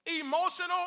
emotional